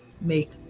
make